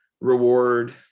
reward